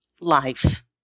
life